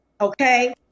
okay